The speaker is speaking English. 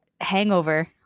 hangover